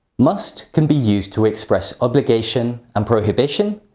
must can be used to express obligation and prohibition,